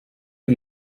are